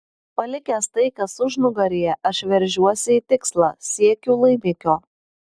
palikęs tai kas užnugaryje aš veržiuosi į tikslą siekiu laimikio